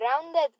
grounded